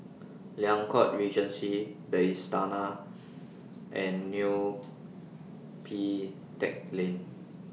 Liang Court Regency The Istana and Neo Pee Teck Lane